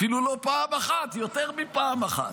אפילו לא פעם אחת, יותר מפעם אחת.